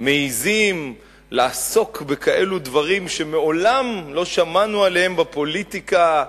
מעזים לעסוק בכאלו דברים שמעולם לא שמענו עליהם בפוליטיקה,